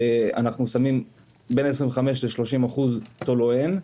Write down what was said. אנחנו שמים בין 25% ל-30% טולוהין.